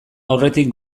aurretik